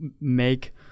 make